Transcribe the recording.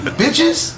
bitches